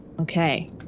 Okay